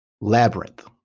Labyrinth